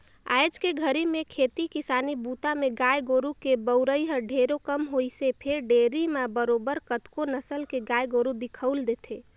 आयज के घरी में खेती किसानी बूता में गाय गोरु के बउरई हर ढेरे कम होइसे फेर डेयरी म बरोबर कतको नसल के गाय गोरु दिखउल देथे